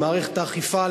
למערכת האכיפה,